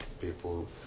people